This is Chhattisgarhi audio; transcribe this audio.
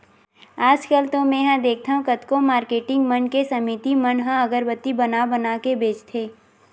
आजकल तो मेंहा देखथँव कतको मारकेटिंग मन के समिति मन ह अगरबत्ती बना बना के बेंचथे